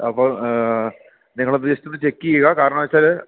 അപ്പോൾ നിങ്ങളൊന്ന് just check ചെയ്യുക കാരണം എന്ന് വെച്ചാല്